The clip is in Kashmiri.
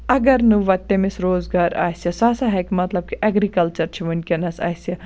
اَگَر نہٕ وۅنۍ تٔمِس روزگار آسہِ سُہ ہَسا ہیٚکہِ مَطلَب کہِ ایٚگرِ کَلچَر چھُ وُنکیٚنَس اَسہِ